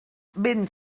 vent